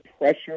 pressure